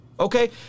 Okay